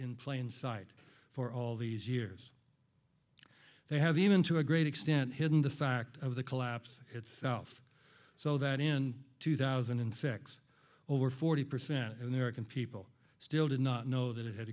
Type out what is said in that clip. in plain sight for all these years they have even to a great extent hidden the fact of the collapse itself so that in two thousand and six over forty percent of american people still did not know that it had